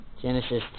Genesis